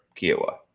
Kiowa